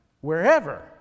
wherever